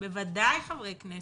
בוודאי חברי כנסת,